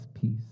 peace